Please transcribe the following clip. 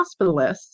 hospitalists